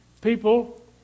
people